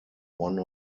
one